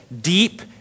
deep